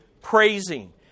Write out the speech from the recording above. praising